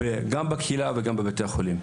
גם בקהילה וגם בבתי החולים.